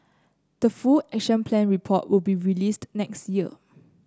the full Action Plan report will be released next year